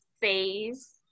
phase